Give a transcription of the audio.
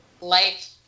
life